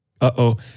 Uh-oh